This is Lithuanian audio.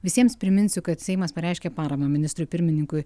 visiems priminsiu kad seimas pareiškė paramą ministrui pirmininkui